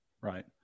right